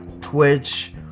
Twitch